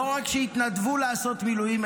לא רק שהתנדבו לעשות מילואים,